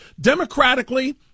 democratically